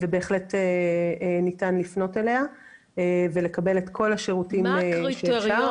בהחלט ניתן לפנות אליה ולקבל את כל השירותים שאפשר.